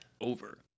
over